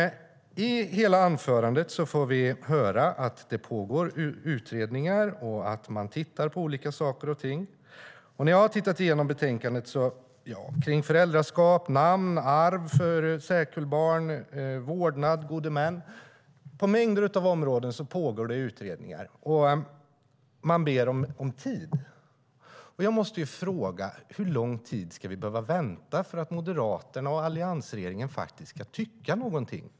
I anförandet får vi höra att det pågår utredningar och att man tittar på olika saker och ting. På mängder av områden, till exempel kring föräldraskap, namn, arv för särkullbarn, vårdnad och gode män, pågår det utredningar, och man ber om tid. Jag måste fråga: Hur lång tid ska vi behöva vänta på att Moderaterna och alliansregeringen faktiskt ska tycka någonting?